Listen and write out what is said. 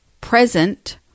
present